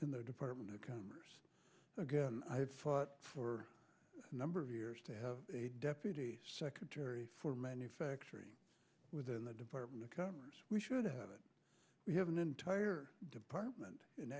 in the department of commerce again i have fought for a number of years to have a deputy secretary for manufacturing within the department of commerce we should have it we have an entire department in